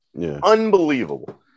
Unbelievable